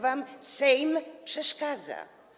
Wam Sejm przeszkadza.